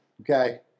okay